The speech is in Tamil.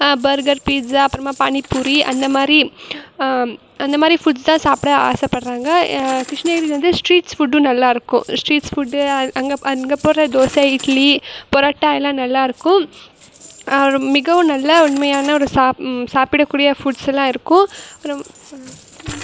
பர்கர் பீட்ஸா அப்புறமா பானிபூரி அந்த மாதிரி அந்த மாதிரி ஃபுட்ஸ் தான் சாப்பிட ஆசைப்பட்றாங்க கிருஷ்ணகிரியில வந்து ஸ்ட்ரீட்ஸ் ஃபுட்டும் நல்லா இருக்கும் ஸ்ட்ரீட்ஸ் ஃபுட்டு அங்கே அங்கே போடுற தோசை இட்லி பரோட்டா எல்லாம் நல்லாயிருக்கும் ரொம் மிகவும் நல்லா உண்மையான ஒரு சாப் சாப்பிடக்கூடிய ஃபுட்ஸெலாம் இருக்கும் அப்புறம்